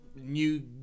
New